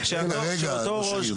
רק דקה --- רגע, רגע.